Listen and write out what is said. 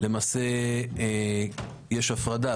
מעכשיו תהיה הפרדה,